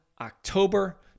October